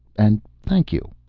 and thank you.